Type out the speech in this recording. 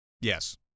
Yes